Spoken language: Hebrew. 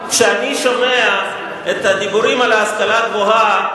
אבל כשאני שומע את הדיבורים על ההשכלה הגבוהה,